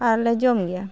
ᱟᱨᱞᱮ ᱡᱚᱢᱜᱮᱭᱟ